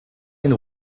and